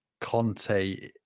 conte